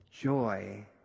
Joy